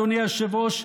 אדוני היושב-ראש,